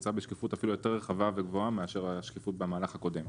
מבוצע בשקיפות אפילו יותר רחבה וגבוהה מאשר השקיפות במהלך הקודם.